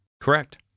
Correct